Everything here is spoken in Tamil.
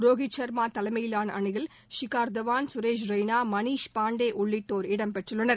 ரோஹித் ஷள்மா தலைனமயிலான அணியில் ஷிகர் தவான் சுரேஷ் ரெய்னா மணிஷ் பாண்டே உள்ளிட்டோர் இடம்பெற்றுள்ளனர்